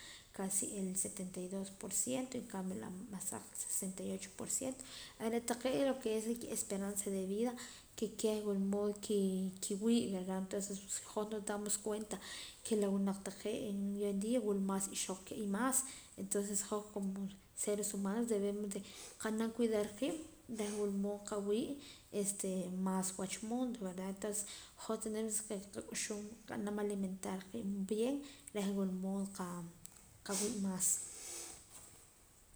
Casi el setenta y dos por ciento y en cambio la imasaq sesenta y ocho por ciento are' taqee lo ke es ki esperanza de vida ke kieh wula mood nkiwii' verda antonces si hoj nos damos cuenta ke la winaq taqee' de hoy en dia wula mas ixoq ke imaas entonces hoj como seres humanos debemos nqa'nam cuidar qiib' reh wula mood nqawii' maas wach mundo verda entonce hoj hoj tenemos ke nqak'uxum nqa'nam alimentar qiib' bien reh wula mood nqa wii' maas